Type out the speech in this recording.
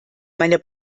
meine